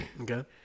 Okay